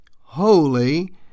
holy